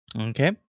Okay